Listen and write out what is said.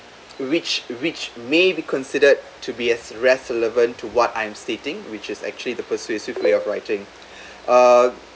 which which may be considered to be as less relevance to what I'm stating which is actually the persuasive way of writing uh